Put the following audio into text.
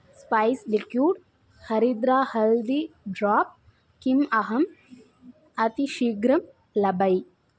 spice liquid हरिद्रा हल्दी drop किम् अहं अतिशीघ्रं लभै